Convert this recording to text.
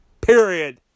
Period